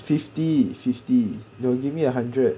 fifty fifty you give me a hundred